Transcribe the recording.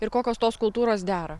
ir kokios tos kultūros dera